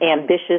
ambitious